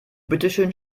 bitteschön